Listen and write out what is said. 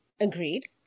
Agreed